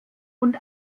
und